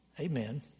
Amen